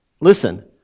Listen